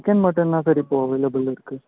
chicken mutton தான் sir இப்போது அவைலபிளில் இருக்குது